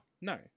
No